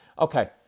Okay